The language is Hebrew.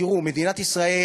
תראו, מדינת ישראל,